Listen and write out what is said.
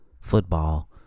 football